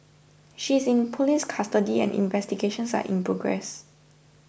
she is in police custody and investigations are in progress